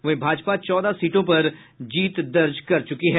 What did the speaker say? वहीं भाजपा चौदह सीटों पर जीत दर्ज कर चुकी है